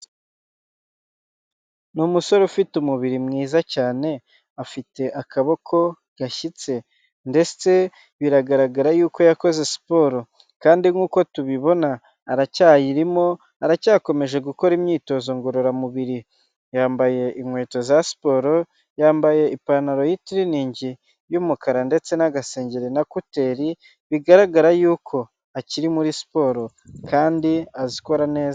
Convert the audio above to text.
N'umusore ufite umubiri mwiza cyane, afite akaboko gashyitse, ndetse biragaragara yuko yakoze siporo, kandi nkuko tubibona aracyayirimo aracyakomeje gukora imyitozo ngororamubiri, yambaye inkweto za siporo, yambaye ipantaro yitereningi y'umukara ndetse n'agasengeri na kuteri bigaragara yuko akiri muri siporo kandi azikora neza.